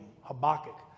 Habakkuk